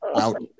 out